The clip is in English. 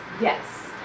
yes